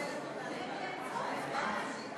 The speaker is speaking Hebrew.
הציוני להביע אי-אמון בממשלה לא נתקבלה.